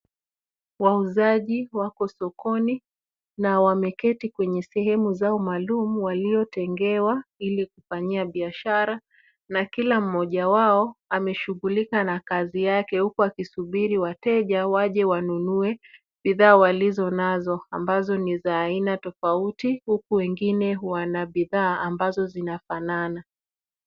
Wauzaji wako sokoni na wameketi kwenye sehemu zao maalum waliotengewa ili kufanyia biashara na kila mmoja wao ameshughulika na kazi yake huku akisubiri wateja waje wanunue bidhaa walizo nazo ambazo ni za aina tofauti, huku wengine wana bidhaa ambazo zinafanana.